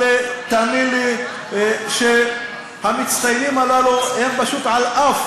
אבל תאמין לי שהם מצטיינים פשוט על-אף